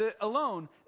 alone